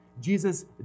Jesus